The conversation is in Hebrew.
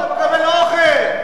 אתה נותן להם אוכל,